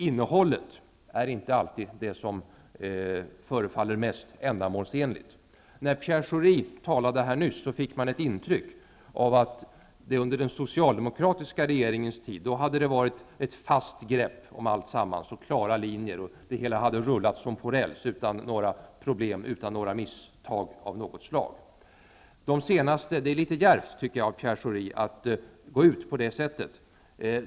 Innehållet är inte alltid det som förefaller vara mest ändamålsenligt. Pierre Schoris tal här nyss gav ett intryck av att man under den socialdemokratiska regeringens tid hade haft ett fast grepp om alltsammans och klara linjer. Det hela hade rullat som på räls, utan några som helst problem eller misstag. Jag tycker att det är litet djärvt av Pierre Schori att gå ut på det sättet.